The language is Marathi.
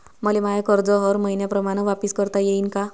मले माय कर्ज हर मईन्याप्रमाणं वापिस करता येईन का?